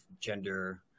gender